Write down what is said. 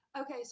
Okay